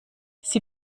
sie